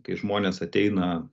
kai žmonės ateina